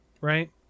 right